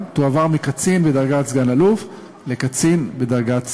תועבר מקצין בדרגת סגן-אלוף לקצין בדרגת סרן,